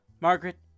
Margaret